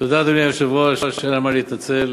תודה, אדוני היושב-ראש, אין על מה להתנצל.